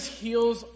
heals